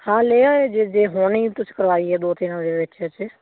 ਹਾਂ ਲੈ ਆਇਓ ਜੇ ਜੇ ਹੁਣੀ ਤੁਸੀਂ ਕਰਵਾਈ ਹੈ ਦੋ ਦਿਨਾਂ ਦੇ ਵਿੱਚ ਵਿੱਚ